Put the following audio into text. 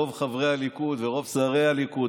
רוב חברי הליכוד ורוב שרי הליכוד,